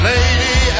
Lady